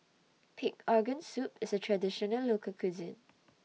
Pig Organ Soup IS A Traditional Local Cuisine